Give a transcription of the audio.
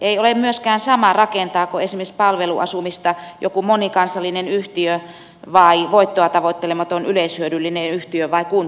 ei ole myöskään sama rakentaako esimerkiksi palveluasumista joku monikansallinen yhtiö vai voittoa tavoittelematon yleishyödyllinen yhtiö vai kunta itse